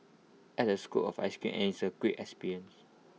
add A scoop of Ice Cream and it's A great experience